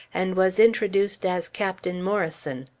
and was introduced as captain morrison.